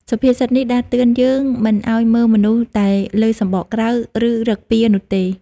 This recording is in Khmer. សុភាសិតនេះដាស់តឿនយើងមិនឱ្យមើលមនុស្សតែលើសម្បកក្រៅ ឬឫកពានោះទេ។